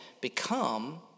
become